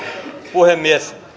puhemies